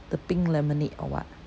the pink lemonade or what